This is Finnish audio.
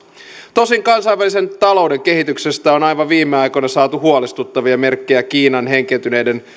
tosin kansainvälisen talouden kehityksestä on aivan viime aikoina saatu huolestuttavia merkkejä kiinan heikentyneiden